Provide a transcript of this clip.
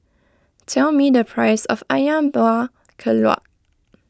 tell me the price of Ayam Buah Keluak